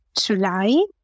July